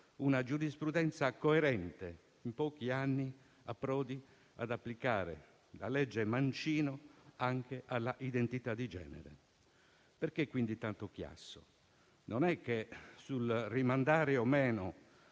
una giurisprudenza coerente in pochi anni approdi ad applicare la legge Mancino anche all'identità di genere. Perché quindi tanto chiasso? Non è che sul rimandare o meno